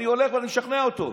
אני הולך ומשכנע אותו,